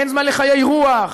אין זמן לחיי רוח.